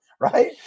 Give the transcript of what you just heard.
right